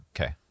okay